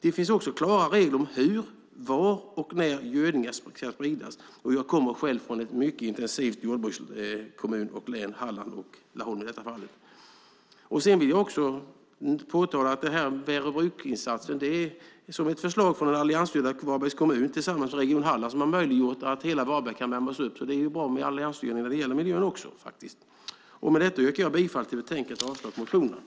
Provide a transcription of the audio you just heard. Det finns också klara regler om hur, var och när gödningen får spridas. Jag kommer själv från en kommun och ett län med intensivt jordbruk, i det här fallet Laholm och Halland. Jag vill också peka på Värö Bruk-insatsen. Det är ett förslag från den alliansstyrda Varbergs kommun tillsammans med Region Halland som har möjliggjort att hela Varberg kan värmas upp. Det är alltså bra med alliansstyrning även när det gäller miljön. Med detta yrkar jag bifall till utskottets förslag och avslag på motionerna.